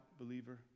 believer